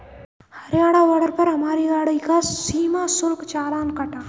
Haryana border पर हमारी गाड़ी का सीमा शुल्क चालान कटा